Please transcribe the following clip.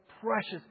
precious